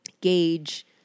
gauge